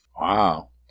Wow